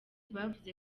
bavuze